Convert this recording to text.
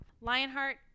Lionheart